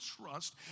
trust